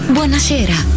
Buonasera